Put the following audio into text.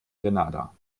grenada